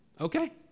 Okay